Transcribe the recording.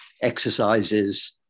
exercises